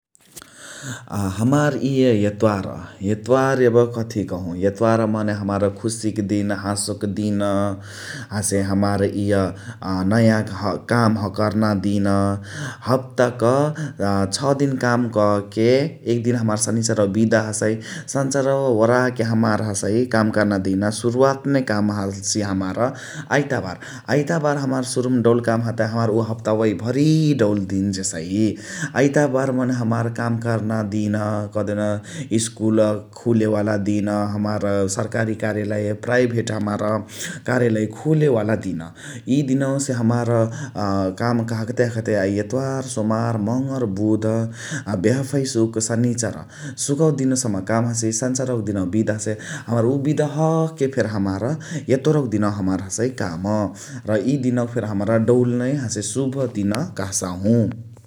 हमार इय यत्वार, यत्वार यब कथी कहु यत्वार मने हमार खुशी क दिन हासके दिन हसे हमार इय नयाँ काम कर्ना दिन । हप्ता क छ दिन काम क के एक दिन हमार सनिचरवा बिदा हसइ । सनिचरवा ओराके हमार हसइ काम कर्ना दिन सुरुवात नइ काम हसिय हमार आइतबार । आइतबार हमार सुरु मा डउल काम हतइ हमार उव हप्तवइ भरी डउल दिन जेसइ । आइतबार मने हमार काम कर्ना दिन स्कुल खुलेवाला दिन हमार सर्कारी कार्यलय प्राइभेट हमार कार्यलय खुलेवाला दिन । इ दिनवा से हमार काम हखते हखते यत्वार्, सोमार्, मङर्, बुध बिहफइ, सुक्, सनिचर । सुकवाक दिनवा सम्म काम हसइ सन्चरवा क दिनवा बिदा हसइ हमार उव बिदा हख के फेरी हमार यतोरवा क दिनवा हमार हसइ काम र इ दिनवा फेरी हमरा दउल नइ हसइ शुभ दिन कह्सहु ।